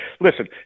listen